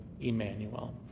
Emmanuel